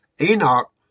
Enoch